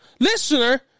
Listener